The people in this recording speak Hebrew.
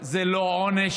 זה לא עונש.